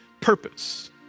purpose